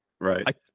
Right